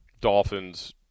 Dolphins